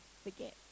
forget